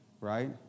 right